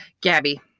Gabby